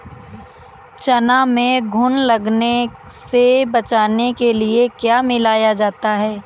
चना में घुन लगने से बचाने के लिए क्या मिलाया जाता है?